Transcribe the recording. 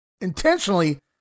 intentionally